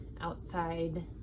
outside